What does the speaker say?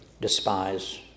despise